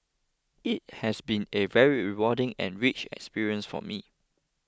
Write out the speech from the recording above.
it has been a very rewarding and rich experience for me